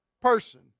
person